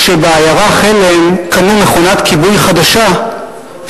כשבעיירה חלם קנו מכונת כיבוי חדשה,